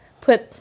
Put